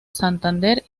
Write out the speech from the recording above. santander